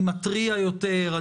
אני מתריע יותר,